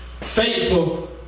Faithful